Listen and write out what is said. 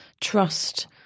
trust